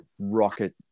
rocket